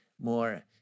more